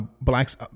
Blacks